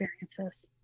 experiences